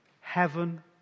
heaven